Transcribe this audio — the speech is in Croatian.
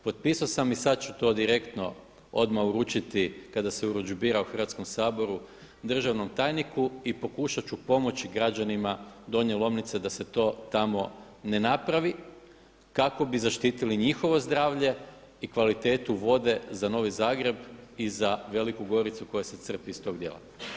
Potpisao sam i sada ću to direktno odmah uručiti kada se urudžbira u Hrvatskom saboru državnom tajniku i pokušati ću pomoći građanima Donje Lomnice da se to tamo ne napravi kako bi zaštitili njihovo zdravlje i kvalitetu vode za Novi Zagreb i Veliku Goricu koja se crpi iz tog dijela.